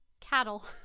cattle